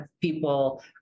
people